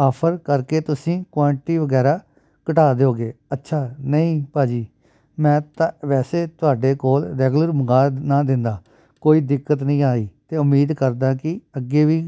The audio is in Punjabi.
ਆਫਰ ਕਰਕੇ ਤੁਸੀਂ ਕੁਆਂਟੀਟੀ ਵਗੈਰਾ ਘਟਾ ਦਿਉਗੇ ਅੱਛਾ ਨਹੀਂ ਭਾਅ ਜੀ ਮੈਂ ਤਾਂ ਵੈਸੇ ਤੁਹਾਡੇ ਕੋਲ ਰੈਗੂਲਰ ਮੰਗਾ ਨਾ ਦਿੰਦਾ ਕੋਈ ਦਿੱਕਤ ਨਹੀਂ ਆਈ ਅਤੇ ਉਮੀਦ ਕਰਦਾ ਕਿ ਅੱਗੇ ਵੀ